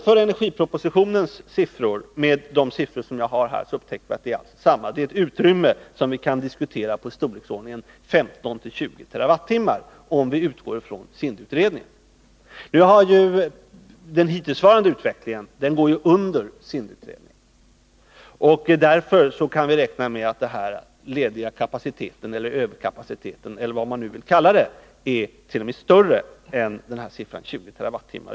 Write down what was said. för energipropositionens siffror med de siffror som jag har här upptäcker vi att vi har ett utrymme att diskutera på i storleksordningen 15 å 20 TWh, om vi utgår från SIND-utredningen. Den hittillsvarande utvecklingen går under SIND-utredningen. Därför kan vi räkna med att den lediga kapaciteten, överkapaciteten eller vad man vill kalla den, är t.o.m. större än siffran 20 TWh.